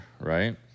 right